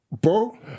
Bro